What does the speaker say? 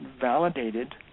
validated